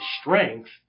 strength